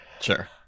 sure